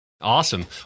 Awesome